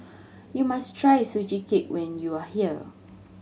you must try Sugee Cake when you are here